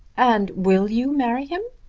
and will you marry him?